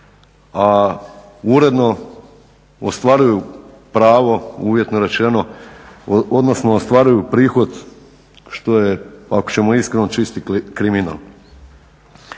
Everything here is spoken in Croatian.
a uredno ostvaruju pravo, uvjetno rečeno, odnosno ostvaruju prihod što je ako ćemo iskreno čisti kriminal.